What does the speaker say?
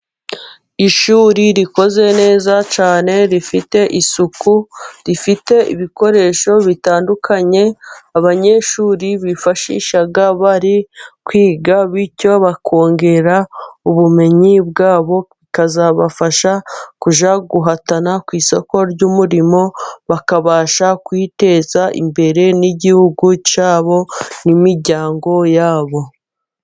Ishuri rikoze neza cyane rifite isuku, rifite ibikoresho bitandukanye, abanyeshuri bifashisha bari kwiga, bityo bakongera ubumenyi bwabo, bikazabafasha kujya guhatana ku isoko ry'umurimo, bakabasha kwiteza imbere n'igihugu cyabo n'imiryango yabo.